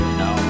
no